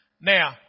Now